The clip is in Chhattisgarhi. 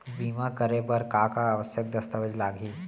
बीमा करे बर का का आवश्यक दस्तावेज लागही